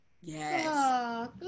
Yes